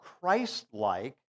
Christ-like